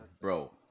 Bro